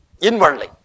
inwardly